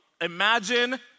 imagine